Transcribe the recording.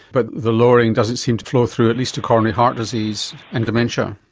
but the lowering doesn't seem to flow through at least to coronary heart disease and dementia.